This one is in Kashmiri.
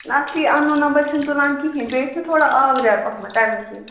اَصلی اَننون نمبر چھِنہٕ تُلان کِہیٖنۍ بیٚیہِ ٲسۍ مےٚ تھوڑ آوریٛار پَہمَتھَ تمی کِنۍ